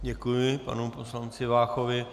Děkuji panu poslanci Váchovi.